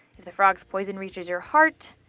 if the frog's poison reaches your heart,